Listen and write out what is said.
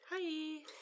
Hi